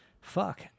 Fuck